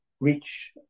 reach